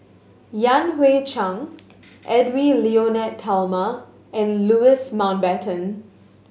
Yan Hui Chang Edwy Lyonet Talma and Louis Mountbatten